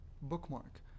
bookmark